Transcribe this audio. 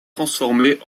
transformée